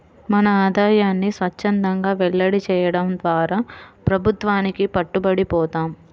మన ఆదాయాన్ని స్వఛ్చందంగా వెల్లడి చేయడం ద్వారా ప్రభుత్వానికి పట్టుబడి పోతాం